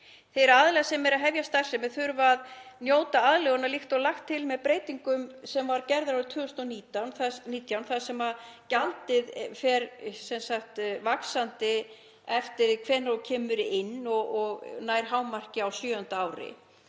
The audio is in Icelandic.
Þeir aðilar sem eru að hefja starfsemi þurfa að njóta aðlögunar líkt og lagt var til með breytingu sem var gerð árið 2019 þar sem gjaldið fer vaxandi eftir því hvenær þú kemur inn og nær hámarki á sjöunda ári.